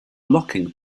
locking